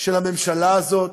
של הממשלה הזאת,